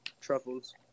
Truffles